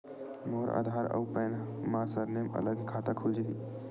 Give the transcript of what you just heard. मोर आधार आऊ पैन मा सरनेम अलग हे खाता खुल जहीं?